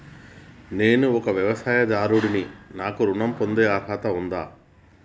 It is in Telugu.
నేను ఒక వ్యవసాయదారుడిని నాకు ఋణం పొందే అర్హత ఉందా?